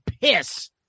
piss